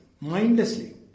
mindlessly